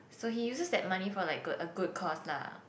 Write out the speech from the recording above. so he uses that money for like a a good cause lah